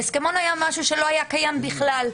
ההסכמון היה משהו שלא היה קיים בכלל.